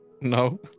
no